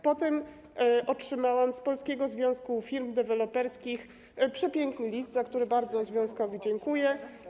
Później otrzymałam od Polskiego Związku Firm Deweloperskich przepiękny list, za który bardzo związkowi dziękuję.